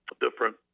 different